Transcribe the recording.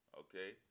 okay